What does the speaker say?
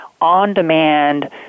on-demand